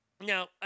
Now